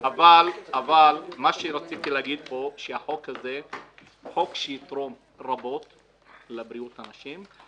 רציתי להגיד שהחוק הזה יתרום רבות לבריאות של האנשים.